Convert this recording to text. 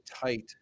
tight